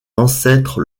ancêtres